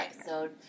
episode